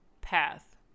path